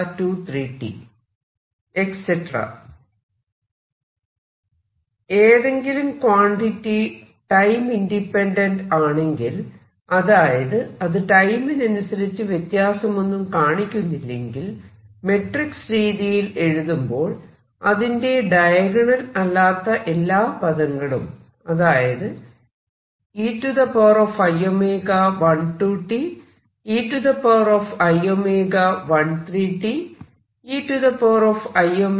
ഏതെങ്കിലും quantity time independent ആണെങ്കിൽ അതായത് അത് ടൈമിനനുസരിച്ച് വ്യത്യാസമൊന്നും കാണിക്കുന്നില്ലെങ്കിൽ മെട്രിക്സ് രീതിയിൽ എഴുതുമ്പോൾ അതിന്റെ ഡയഗണൽ അല്ലാത്ത എല്ലാ പദങ്ങളും അതായത് ei12t ei13t ei21 t